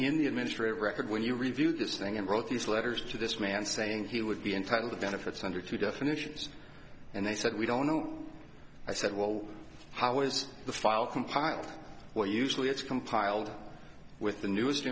administrative record when you reviewed this thing and wrote these letters to this man saying he would be entitled to benefits under two definitions and they said we don't know i said well how is the file compiled well usually it's compiled with the new